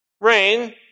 rain